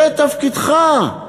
זה תפקידך,